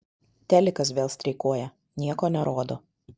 telikas vėl streikuoja nieko nerodo